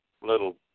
little